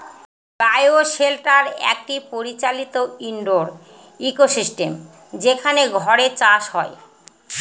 বায় shelter একটি পরিচালিত indoor ecosystem যেখানে ঘরে চাষ হয়